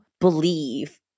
believe